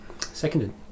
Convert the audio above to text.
seconded